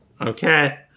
Okay